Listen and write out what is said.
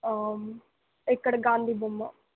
ఇక్కడ గాంధీ బొమ్మ